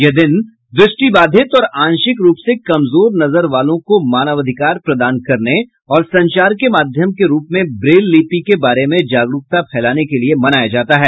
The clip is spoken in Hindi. यह दिन दृष्टिबाधित और आंशिक रूप से कमजोर नजर वालों को मानवाधिकार प्रदान करने और संचार के माध्यम के रूप में ब्रेल लिपि के बारे में जागरूकता फैलाने के लिए मनाया जाता है